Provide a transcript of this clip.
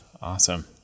Awesome